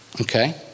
okay